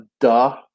duh